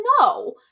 no